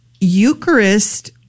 Eucharist